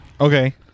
Okay